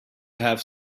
have